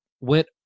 went